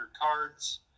cards